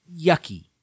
yucky